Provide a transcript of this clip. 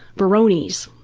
barone's.